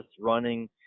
running